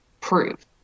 prove